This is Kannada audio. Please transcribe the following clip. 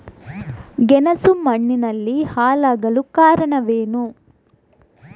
ಗೆಣಸು ಮಣ್ಣಿನಲ್ಲಿ ಹಾಳಾಗಲು ಕಾರಣವೇನು?